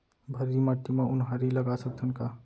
भर्री माटी म उनहारी लगा सकथन का?